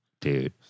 Dude